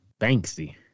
Banksy